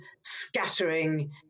scattering